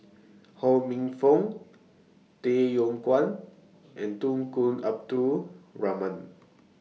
Ho Minfong Tay Yong Kwang and Tunku Abdul Rahman